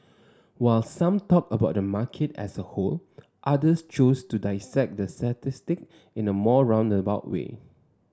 while some talked about the market as a whole others chose to dissect the statistic in a more roundabout way